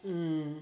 mm